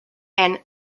and